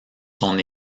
son